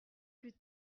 plus